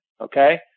Okay